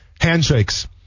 handshakes